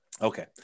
Okay